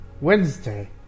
Wednesday